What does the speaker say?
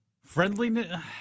friendliness